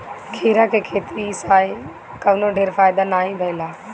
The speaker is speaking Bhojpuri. खीरा के खेती में इ साल कवनो ढेर फायदा नाइ भइल हअ